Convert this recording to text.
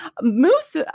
Moose